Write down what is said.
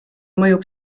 mõjub